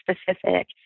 specific